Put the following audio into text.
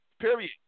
Period